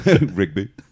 Rigby